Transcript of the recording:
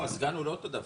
אבל הסגן הוא לא אותו דבר.